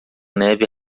neve